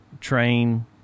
train